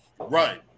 Right